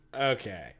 Okay